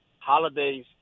holidays